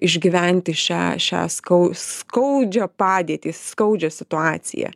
išgyventi šią šią skau skaudžią padėtį skaudžią situaciją